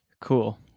Cool